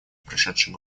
прошедший